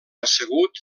assegut